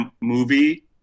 movie